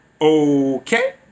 okay